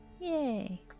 Yay